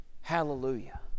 Hallelujah